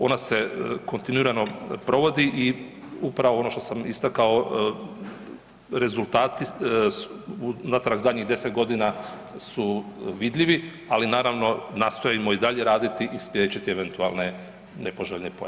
Ona se kontinuirano provodi i upravo ono što sam istakao, rezultati unatrag zadnjih 10.g. su vidljivi, ali naravno nastojimo i dalje raditi i spriječiti eventualne nepoželjne pojave.